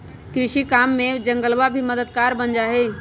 कृषि काम में जंगलवा भी मददगार बन जाहई